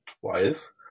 twice